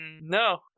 No